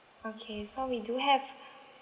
okay so we do have